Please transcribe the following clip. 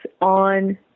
on